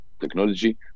technology